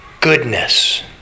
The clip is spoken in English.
Goodness